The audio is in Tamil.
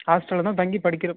ஹாஸ்டலில் தான் தங்கி படிக்கிறப்ப